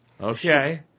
Okay